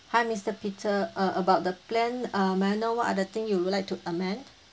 hi mister peter uh about the plan uh may I know what are the thing you would like to amend